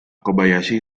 kobayashi